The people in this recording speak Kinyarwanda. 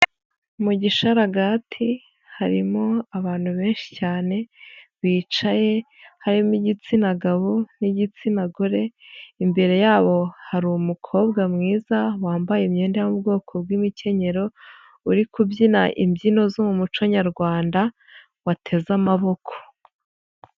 Mu gishararagati harimo abantu benshi cyane bicaye harimo igitsina gabo n'igitsina gore imbere yabo hari umukobwa mwiza wambaye imyenda yo mu bwoko bw'imikenyero uri kubyina imbyino zo mu muco nyarwanda wateze amaboko.